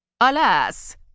Alas